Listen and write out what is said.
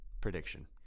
prediction